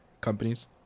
Companies